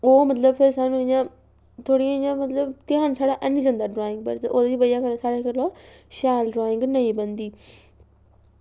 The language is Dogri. ओह् मतलब फिर साह्नूं इ'यां थोह्ड़ी मतलब ध्यान थोह्ड़ा इ'यां जंदा ओह्दी बजह् कन्नै साढ़ा शैल ड्राईंग नेईं बनदी